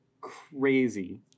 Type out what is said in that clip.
crazy